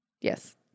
Yes